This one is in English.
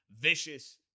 vicious